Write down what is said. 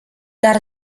dar